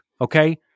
okay